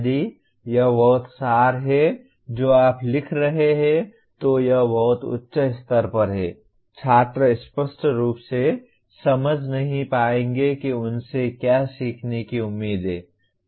यदि यह बहुत सार है जो आप लिख रहे हैं तो यह बहुत उच्च स्तर पर है छात्र स्पष्ट रूप से समझ नहीं पाएंगे कि उनसे क्या सीखने की उम्मीद है